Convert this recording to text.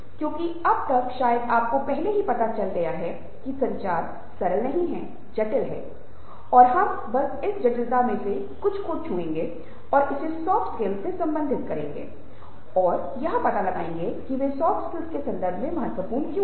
क्योंकि अब तक शायद आपको पहले ही पता चल गया है कि संचार सरल नहीं है जटिल है और हम बस इस जटिलता मे से कुछ को छूएंगे और इसे सॉफ्ट स्किल से संबंधित करेंगे और वे सॉफ्ट स्किल के संदर्भ में महत्वपूर्ण क्यों हैं